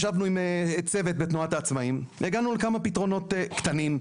ישבנו עם צוות בתנועת העצמאים והגענו לכמה פתרונות קטנים.